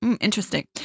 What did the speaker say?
interesting